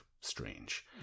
strange